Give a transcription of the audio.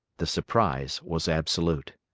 the surprise was absolute.